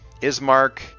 ismark